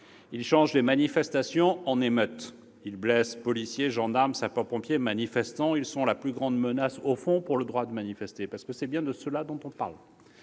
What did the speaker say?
changent les manifestations en émeutes. Ils blessent policiers, gendarmes, sapeurs-pompiers, manifestants. Au fond, ils sont la plus grande menace pour le droit de manifester. C'est bien de cela que nous parlons,